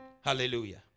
Hallelujah